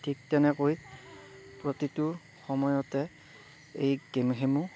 ঠিক তেনেকৈ প্ৰতিটো সময়তে এই গেমসমূহ